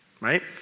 Right